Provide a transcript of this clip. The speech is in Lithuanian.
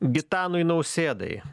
gitanui nausėdai